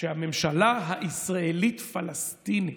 שהממשלה הישראלית-פלסטינית,